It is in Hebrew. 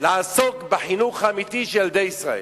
לעסוק בחינוך האמיתי של ילדי ישראל.